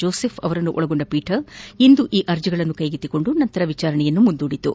Joseph ಅವರನ್ನು ಒಳಗೊಂಡ ಪೀಠ ಇಂದು ಈ ಅರ್ಜಿಗಳನ್ನು ಕೈಗೆತ್ತಿಕೊಂಡು ನಂತರ ವಿಚಾರಣೆ ಮುಂದೂಡಿತು